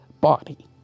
body